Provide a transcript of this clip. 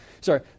Sorry